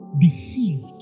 deceived